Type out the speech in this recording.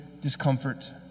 discomfort